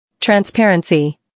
Transparency